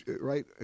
right